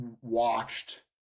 watched